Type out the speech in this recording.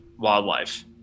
wildlife